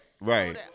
Right